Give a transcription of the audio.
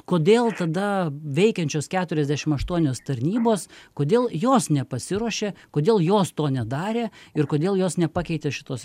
kodėl tada veikiančios keturiasdešim aštuonios tarnybos kodėl jos nepasiruošė kodėl jos to nedarė ir kodėl jos nepakeitė šitos